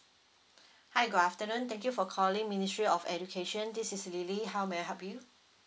hi good afternoon thank you for calling ministry of education this is lily how may I help you